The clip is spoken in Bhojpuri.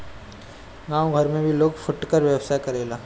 गांव घर में लोग भी फुटकर व्यवसाय करेला